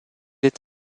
est